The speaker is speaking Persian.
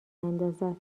اندازد